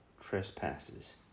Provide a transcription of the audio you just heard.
trespasses